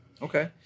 Okay